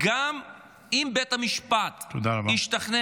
אם בית המשפט ישתכנע